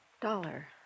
Dollar